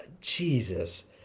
Jesus